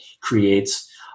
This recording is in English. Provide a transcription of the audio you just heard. creates